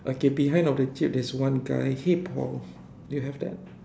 okay behind of the jeep there is one guy hey Paul do you have that